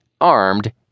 armed